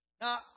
Now